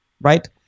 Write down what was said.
right